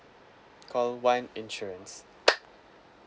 call one insurance